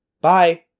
bye